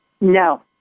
No